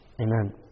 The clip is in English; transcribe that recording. amen